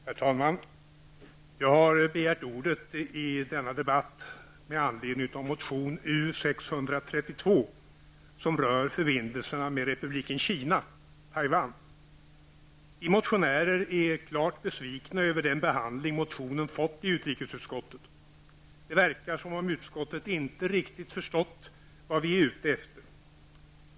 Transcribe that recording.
Herr talman! Jag har begärt ordet i denna debatt med anledning av motion U632, som rör förbindelserna med Republiken Kina . Vi motionärer är klart besvikna över den behandling motionen fått i utrikesutskottet. Det verkar som om utskottet inte riktigt förstått vad vi är ute efter.